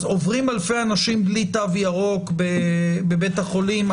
אז עוברים אלפי אנשים בלי תו ירוק בבית החולים,